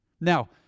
Now